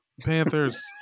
Panthers